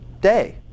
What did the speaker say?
day